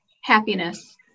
happiness